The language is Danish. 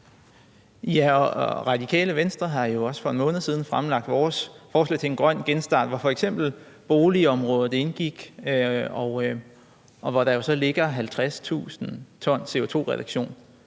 Radikale Venstre jo også for en måned siden fremlagt vores forslag til en grøn genstart, hvor f.eks. boligområdet indgik, hvori der så ligger 50.000 t CO₂-reduktion.